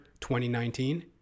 2019